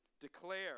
declare